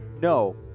No